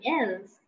else